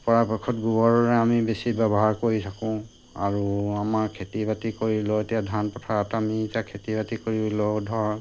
পৰাপক্ষত গোবৰেৰে আমি বেছি ব্যৱহাৰ কৰি থাকোঁ আৰু আমাৰ খেতি বাতি কৰিলেওঁ এতিয়া ধান পথাৰত আমি এতিয়া খেতি বাতি কৰি লওঁ ধৰ